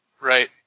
Right